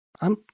I'm